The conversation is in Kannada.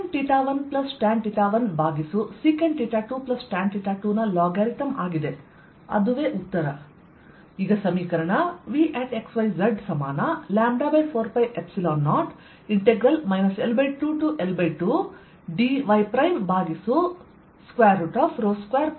ಇದು λ4π0 ಮತ್ತು sec 1 tan 1 ಭಾಗಿಸು sec 2 tan 2 ನ ಲೋಗರಿಥಮ್ ಆಗಿದೆ ಅದು ಉತ್ತರ